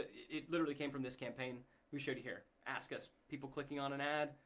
it literally came from this campaign we showed here. ask us, people clicking on an ad,